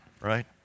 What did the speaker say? right